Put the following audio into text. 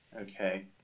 Okay